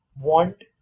want